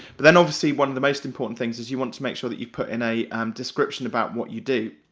but then obviously one of the most important things is you want to make sure that you put in a um description about what you do.